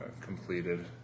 completed